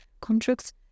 contracts